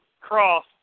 cross